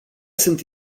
sunt